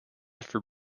for